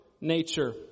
nature